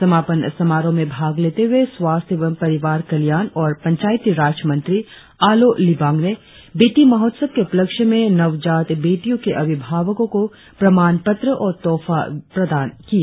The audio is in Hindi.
समापन समारोह में भाग लेते हुए स्वास्थ्य एवं परिवार कल्याण और पंचायती राज मंत्री आलों लिबांग ने बेटी महोत्सव के उपलक्ष्य में नवजात बेटियों के अभिभावकों को प्रमाण पत्र और तोहफा प्रदान किए